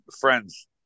friends